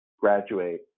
graduate